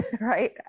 right